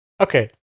Okay